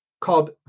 called